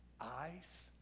eyes